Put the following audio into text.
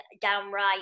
downright